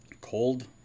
cold